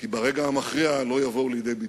אם ברגע המכריע לא יבואו לידי ביטוי?